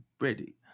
ready